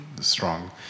strong